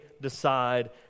decide